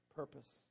purpose